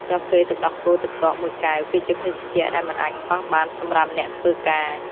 កាហ្វេទឹកដោះគោទឹកកកមួយកែវ គឺជាភេសជ្ជៈដែលមិនអាចខ្វះបានសម្រាប់អ្នកធ្វើការ។